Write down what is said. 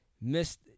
Missed